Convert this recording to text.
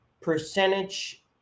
percentage